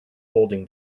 holding